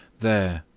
there,